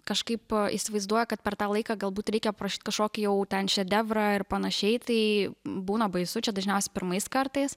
kažkaip įsivaizduoja kad per tą laiką galbūt reikia parašyt kažkokį jau ten šedevrą ir panašiai tai būna baisu čia dažniausiai pirmais kartais